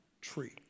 tree